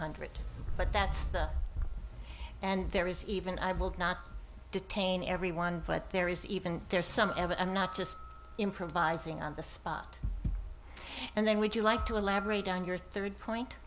hundred but that's the and there is even i will not detain everyone but there is even there some evidence not just improvising on the spot and then would you like to elaborate on your third point